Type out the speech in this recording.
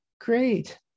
Great